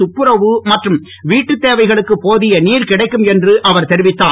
துப்புரவு மற்றும் வீட்டுத் தேவைகளுக்கு போதிய நீர் கிடைக்கும் என்று அவர் தெரிவித்தார்